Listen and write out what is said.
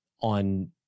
on